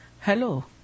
hello